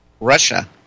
Russia